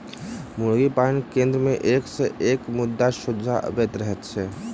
मुर्गी पालन केन्द्र मे एक सॅ एक मुद्दा सोझा अबैत रहैत छै